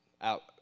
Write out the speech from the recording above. out